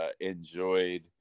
enjoyed